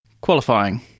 Qualifying